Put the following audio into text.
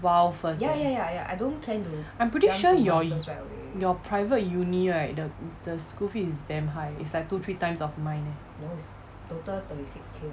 while first I'm pretty sure your your private uni right the school fees is damn high is like two three times of mine